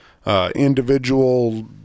Individual